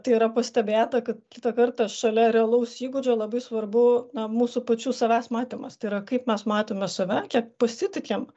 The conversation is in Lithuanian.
tai yra pastebėta kad kitą kartą šalia realaus įgūdžio labai svarbu mūsų pačių savęs matymas tai yra kaip mes matome save kiek pasitikim